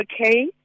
Okay